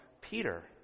peter